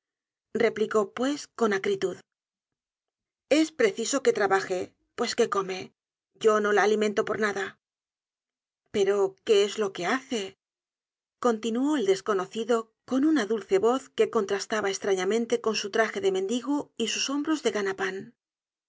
replicó pues con acritud es preciso que trabaje pues que come yo no la alimento por nada pero qué es lo que hace continuó el desconocido con una dulce voz que contrastaba estrañamente con su traje de mendigo y sus hombros de ganapan la